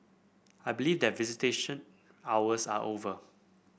I believe that visitation hours are over